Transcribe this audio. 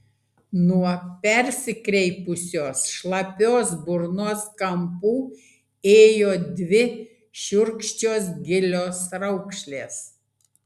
nuo persikreipusios šlapios burnos kampų ėjo dvi šiurkščios gilios raukšlės